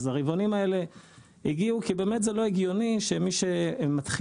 אז הרבעונים האלה הגיעו כי זה באמת לא הגיוני שמי שמתחיל